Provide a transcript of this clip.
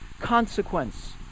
consequence